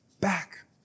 back